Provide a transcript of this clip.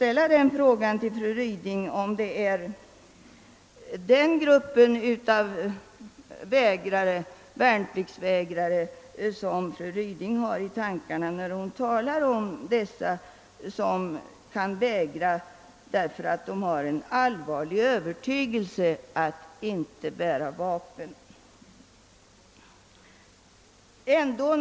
Är det den gruppen av värnpliktsvägrare som fru Ryding har i tan karna när hon talar om dem som på grund av en allvarlig övertygelse inte kan bära vapen?